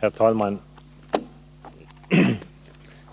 Herr talman!